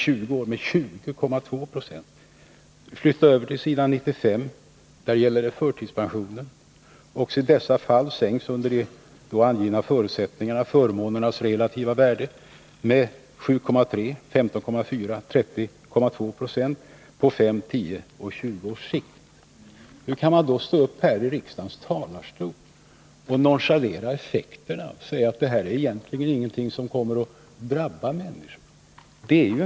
Där gäller det förtidspensionen: ”Också i detta fall sänks under de angivna förutsättningarna förmånernas relativa värde med 7,3, 15,4 och 13,2 procent på 5, 10 och 20 års sikt.” Hur kan man då stå upp här i riksdagens talarstol, nonchalera effekterna och säga att det här egentligen inte är någonting som kommer att drabba människorna.